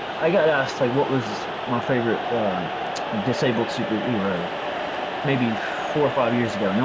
i got asked like what was my favorite disabled superhero maybe four, five years ago. you know